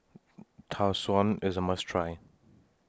Tau Suan IS A must Try